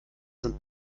sind